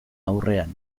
aurrean